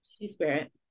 Two-Spirit